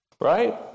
Right